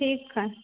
ठीक हइ